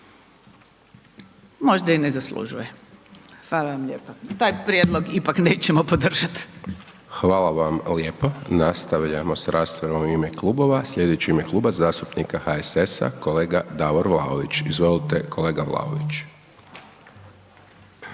možda i ne zaslužuje. Hvala vam lijepo, taj prijedlog ipak nećemo podržat. **Hajdaš Dončić, Siniša (SDP)** Hvala vam lijepo, nastavljamo s raspravom u ime klubova. Slijedeći u ime Kluba zastupnika HSS-a kolega Davor Vlaović. Izvolite kolega Vlaović.